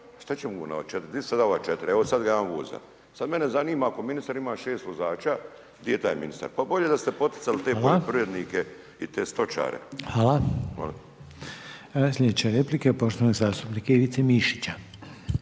šta će mu onda 4, di se dava 4, evo sad ga jedan voza. Sad mene zanima ako ministar ima 6 vozača, di je taj ministar, pa bolje da ste poticali te poljoprivrednike i te stočare. **Reiner, Željko (HDZ)** Hvala.